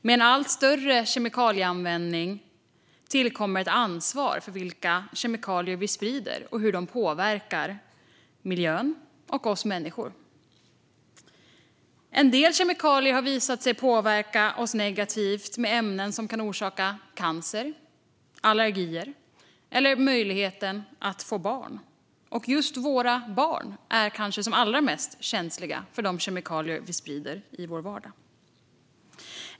Med en allt större kemikalieanvändning tillkommer ett ansvar för vilka kemikalier vi sprider och hur de påverkar miljön och oss människor. En del kemikalier har visat sig påverka oss negativt med ämnen som kan orsaka cancer eller allergier eller påverka möjligheten att få barn. Och just våra barn är kanske allra mest känsliga för de kemikalier som vi sprider i vår vardag.